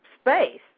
space